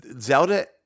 Zelda